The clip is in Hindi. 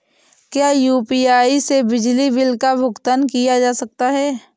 क्या यू.पी.आई से बिजली बिल का भुगतान किया जा सकता है?